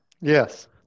Yes